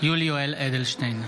יולי יואל אדלשטיין,